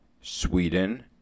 Sweden